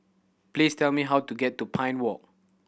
please tell me how to get to Pine Walk